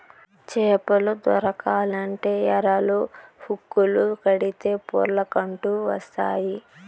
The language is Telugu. చేపలు దొరకాలంటే ఎరలు, హుక్కులు కడితే పొర్లకంటూ వస్తాయి